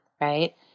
right